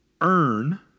earn